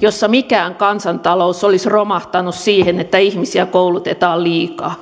jossa mikään kansantalous olisi romahtanut siihen että ihmisiä koulutetaan liikaa